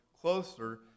closer